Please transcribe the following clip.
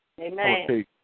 Amen